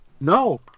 No